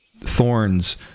thorns